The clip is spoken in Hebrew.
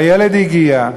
והילד הגיע,